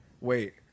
Wait